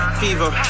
fever